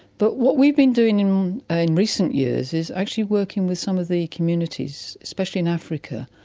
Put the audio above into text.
but what we've been doing and ah in recent years is actually working with some of the communities, especially in africa,